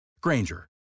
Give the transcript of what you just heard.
Granger